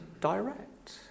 direct